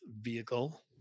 vehicle